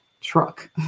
truck